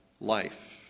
life